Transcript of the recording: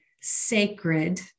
sacred